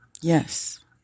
Yes